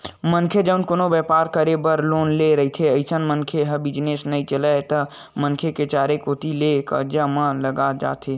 मनखे जउन कोनो बेपार करे बर लोन ले रहिथे अइसन म मनखे बिजनेस नइ चलय त मनखे ह चारे कोती ले करजा म लदा जाथे